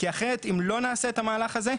כי אחרת אם לא נעשה את המהלך הזה,